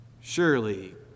surely